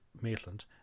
Maitland